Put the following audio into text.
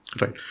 Right